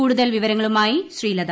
കൂടുതൽ വിവരങ്ങളുമായി ശ്രീലത